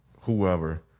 whoever